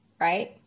right